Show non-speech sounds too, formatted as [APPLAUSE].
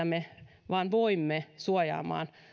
[UNINTELLIGIBLE] me vain voimme suojaamaan